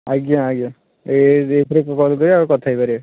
ଆଜ୍ଞା ଆଜ୍ଞା ଏଇ ଏଇଥିରେ ଯୋଗାଯୋଗ କରିବେ କଥା ହେଇପାରିବା